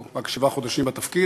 הוא רק שבעה חודשים בתפקיד,